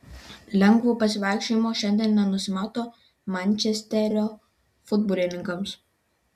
lengvo pasivaikščiojimo šiandien nenusimato mančesterio futbolininkams